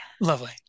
lovely